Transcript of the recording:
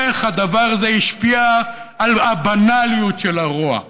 איך הדבר הזה השפיע על הבנליות של הרוע.